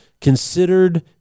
considered